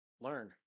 learn